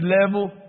level